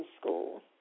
school